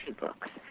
books